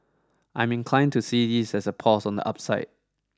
I'm inclined to see this as a pause on the upside